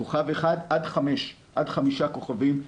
כוכב אחד עד חמישה כוכבים,